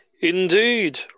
Indeed